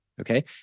Okay